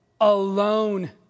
alone